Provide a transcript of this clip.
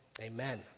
amen